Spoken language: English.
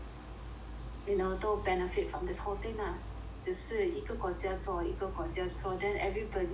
you know 都 benefit from this whole thing lah 只是一个国家做一个国家做 then everybody